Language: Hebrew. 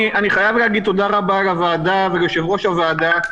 אני חייב להגיד תודה רבה לוועדה וליושב-ראש הוועדה,